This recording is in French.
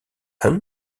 hunt